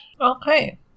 Okay